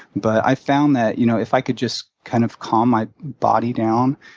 but i've found that you know if i can just kind of calm my body down,